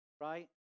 Right